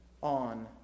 on